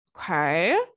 Okay